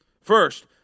First